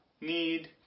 need